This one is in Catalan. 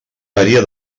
varia